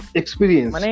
experience